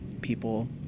people